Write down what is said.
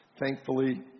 Thankfully